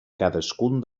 cadascun